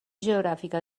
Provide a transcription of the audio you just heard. geogràfica